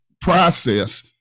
process